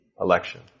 election